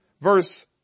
Verse